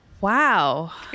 Wow